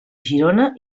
girona